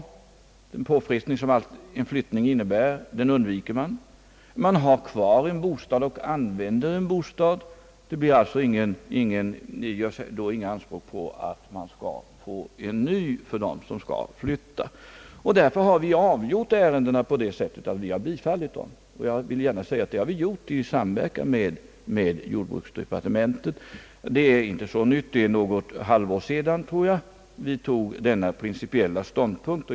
Den påfrestning som en flyttning innebär undviker man. Man har kvar en bostad och använder en bostad; det blir alltså inga anspråk på att man skall få en ny för dem som skall flytta. Därför har vi avgjort ärendena på det sättet att vi har bifallit ansökningarna, och jag vill gärna säga att det har vi gjort i samverkan med jordbruksdepartementet. Det är inte så nytt. Jag tror det är något halvår sedan vi tog denna principiella ståndpunkt.